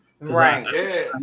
Right